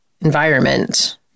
environment